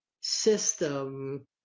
system